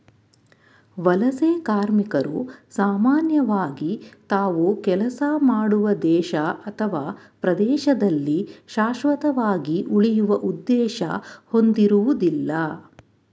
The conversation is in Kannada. ವಲಸೆ ಕಾರ್ಮಿಕರು ಸಾಮಾನ್ಯವಾಗಿ ತಾವು ಕೆಲಸ ಮಾಡುವ ದೇಶ ಅಥವಾ ಪ್ರದೇಶದಲ್ಲಿ ಶಾಶ್ವತವಾಗಿ ಉಳಿಯುವ ಉದ್ದೇಶ ಹೊಂದಿರುವುದಿಲ್ಲ